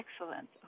Excellent